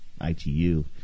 ITU